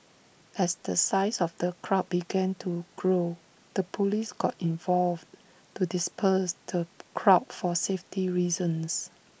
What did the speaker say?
as the size of the crowd began to grow the Police got involved to disperse the crowd for safety reasons